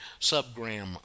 subgram